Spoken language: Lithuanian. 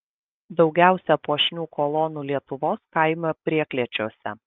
daugiausia puošnių kolonų lietuvos kaimo prieklėčiuose